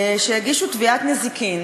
שהגישו תביעת נזיקין